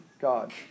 God